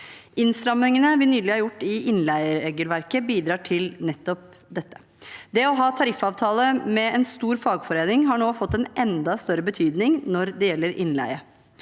Innstramningene vi nylig har gjort i innleieregelverket, bidrar til nettopp dette. Det å ha tariffavtale med en stor fagforening har nå fått enda større betydning når det gjelder innleie.